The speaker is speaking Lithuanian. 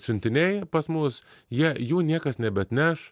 siuntiniai pas mus jie jų niekas nebeatneš